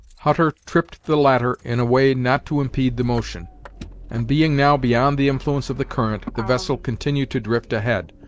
hutter tripped the latter in a way not to impede the motion and being now beyond the influence of the current, the vessel continued to drift ahead,